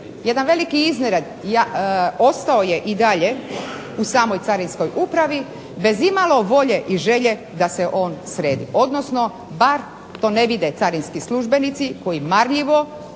se ne razumije./… ostao je i dalje u samoj Carinskoj upravi bez imalo volje i želje da se on sredi, odnosno bar to ne vide carinski službenici koji marljivo